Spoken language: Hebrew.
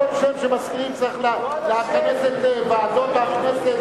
לא בכל שם שמזכירים צריך לכנס את ועדות הכנסת,